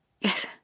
Yes